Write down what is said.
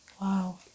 wow